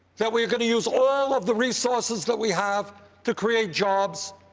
that we're going to use all of the resources that we have to create jobs,